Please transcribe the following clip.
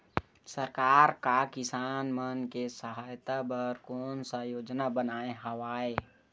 सरकार हा किसान मन के सहायता बर कोन सा योजना बनाए हवाये?